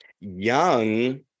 Young